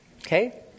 Okay